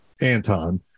Anton